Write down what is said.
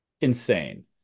Insane